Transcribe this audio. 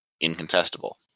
incontestable